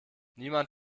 niemand